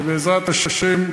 לא אוכל לעשות את זה.